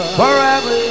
forever